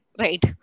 right